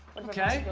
ok,